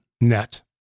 net